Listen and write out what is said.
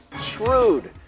Shrewd